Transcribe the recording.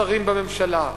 שרים בממשלה.